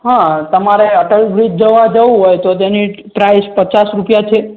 હા તમારે અટલ બ્રિજ જવા જવું હોય તો તેની પ્રાઇઝ પચાસ રૂપિયા છે